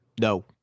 no